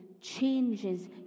changes